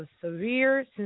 severe